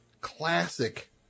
classic